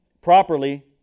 properly